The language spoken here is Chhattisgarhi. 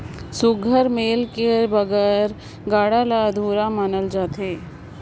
सुग्घर मेल कर बिगर गाड़ा ल अधुरा मानल जाथे